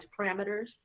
parameters